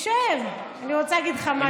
תישאר, אני רוצה להגיד לך משהו.